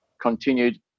continued